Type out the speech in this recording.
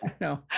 No